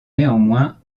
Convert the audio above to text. néanmoins